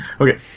Okay